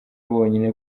bonyine